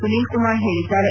ಸುನೀಲ್ಕುಮಾರ್ ಹೇಳಿದ್ದಾರೆ